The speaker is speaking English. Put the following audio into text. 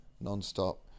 non-stop